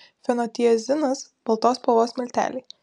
fenotiazinas baltos spalvos milteliai